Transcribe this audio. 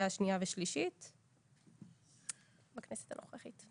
קריאה שנייה ושלישית בכנסת הנוכחית.